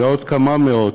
ועוד כמה מאות